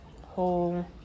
whole